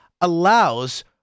allows